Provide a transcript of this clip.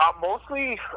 mostly